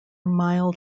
mild